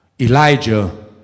Elijah